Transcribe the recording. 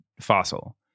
fossil